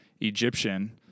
Egyptian